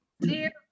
dear